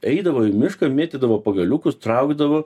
eidavo į mišką mėtydavo pagaliukus traukdavo